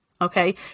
Okay